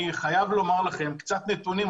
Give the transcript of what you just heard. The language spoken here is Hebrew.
חייב לומר לכם קצת נתונים,